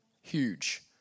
huge